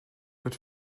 but